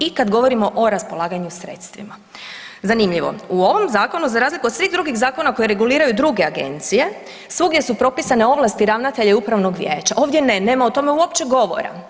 I kad govorimo o raspolaganju sredstvima zanimljivo u ovom zakonu za razliku od svih drugih zakona koje reguliraju druge agencije svugdje su propisane ovlasti ravnatelja i upravnog vijeća, ovdje ne, nema o tome uopće govora.